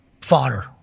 Fodder